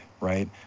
Right